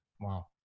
Wow